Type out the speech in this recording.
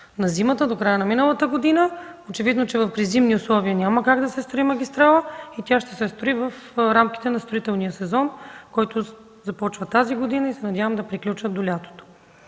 на зимата, до края на миналата година. Очевидно, че при зимни условия няма как да се строи магистрала, тя ще се строи в рамките на строителния сезон, който започва тази година, и се надявам да приключи до лятото.